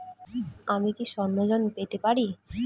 আমি কি স্বর্ণ ঋণ পেতে পারি?